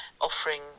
offering